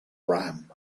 ram